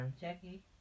Jackie